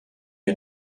wir